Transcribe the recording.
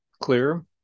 clear